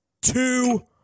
two